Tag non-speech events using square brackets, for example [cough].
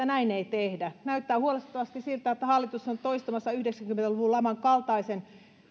[unintelligible] näin ei tehdä näyttää huolestuttavasti siltä että hallitus on toistamassa yhdeksänkymmentä luvun laman kaltaisen